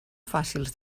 fàcils